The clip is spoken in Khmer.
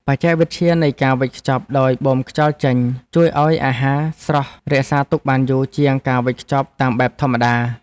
បច្ចេកវិទ្យានៃការវេចខ្ចប់ដោយបូមខ្យល់ចេញ ជួយឱ្យអាហារស្រស់រក្សាទុកបានយូរជាងការវេចខ្ចប់តាមបែបធម្មតា។